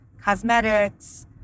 cosmetics